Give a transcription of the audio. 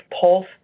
Pulse